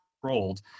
controlled